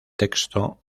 texto